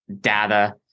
data